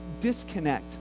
disconnect